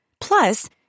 Plus